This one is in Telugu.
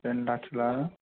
రెండు లక్షల